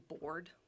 bored